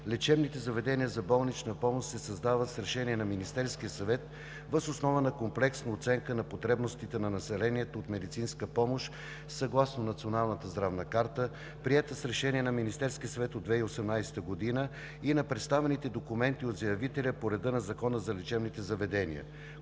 лечебните заведения за болнична помощ се създават с решение на Министерския съвет въз основа на комплексна оценка на потребностите на населението от медицинска помощ съгласно Националната здравна карта, приета с решение на Министерския съвет от 2018 г., и на представените документи от заявителя по реда на Закона за лечебните заведения.